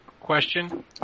question